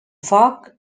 foc